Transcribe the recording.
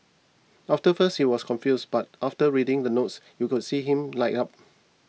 after first he was confused but after reading the notes you could see him light up